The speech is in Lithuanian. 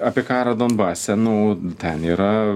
apie karą donbase nu ten yra